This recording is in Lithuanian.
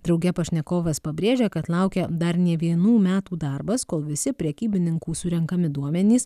drauge pašnekovas pabrėžia kad laukia dar ne vienų metų darbas kol visi prekybininkų surenkami duomenys